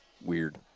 Weird